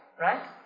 right